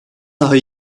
daha